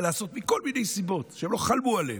לעשות מכל מיני סיבות שהם לא חלמו עליהן,